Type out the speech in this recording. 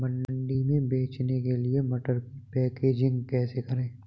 मंडी में बेचने के लिए मटर की पैकेजिंग कैसे करें?